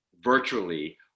virtually